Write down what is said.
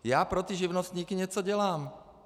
Já pro ty živnostníky něco dělám.